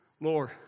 Lord